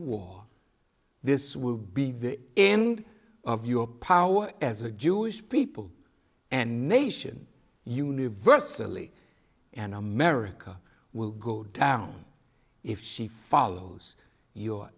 war this will be the end of your power as a jewish people and nation universally and america will go down if she follows your